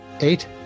Eight